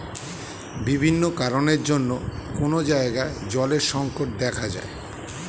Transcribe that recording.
বিভিন্ন কারণের জন্যে কোন জায়গায় জলের সংকট দেখা যায়